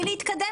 להתקדם.